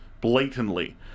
blatantly